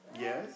Yes